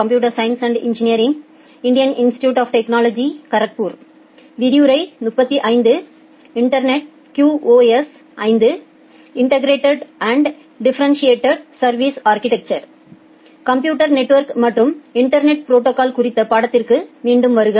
computer network மற்றும் internet protocols குறித்த பாடத்திற்கு மீண்டும் வருக